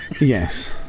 Yes